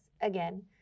Again